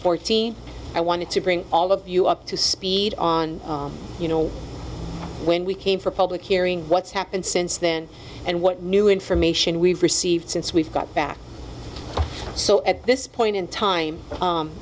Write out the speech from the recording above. fourteen i wanted to bring all of you up to speed on you know when we came for a public hearing what's happened since then and what new information we've received since we've got back so at this point in time